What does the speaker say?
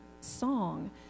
song